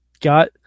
got